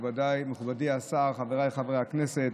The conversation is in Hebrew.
מכובדי השר, חבריי חברי הכנסת,